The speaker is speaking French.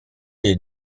les